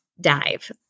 dive